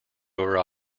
over